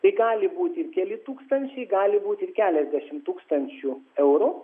tai gali būti keli ir tūkstančiai gali būti ir keliasdešimt tūkstančių eurų